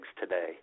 today